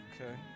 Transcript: Okay